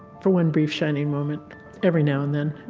for one brief shining moment every now and then.